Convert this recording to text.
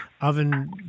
oven